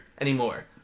anymore